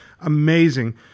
amazing